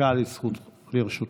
דקה לרשותך.